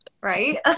right